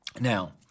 Now